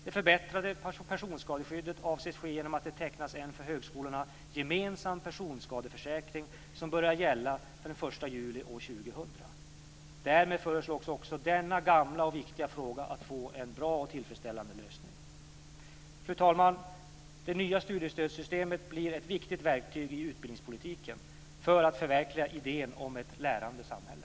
Det förbättrade personskadeskyddet avses ske genom att det tecknas en för högskolorna gemensam personskadeförsäkring som börjar gälla den 1 juli 2000. Därmed föreslås också denna gamla och viktiga fråga få en bra och tillfredsställande lösning. Fru talman! Det nya studiestödssystemet blir ett viktigt verktyg i utbildningspolitiken för att förverkliga idén om ett lärande samhälle.